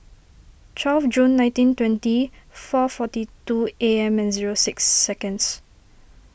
twelve June nineteen twenty four forty two A M and zero six seconds